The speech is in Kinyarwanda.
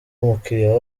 umukiriya